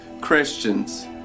Christians